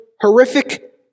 horrific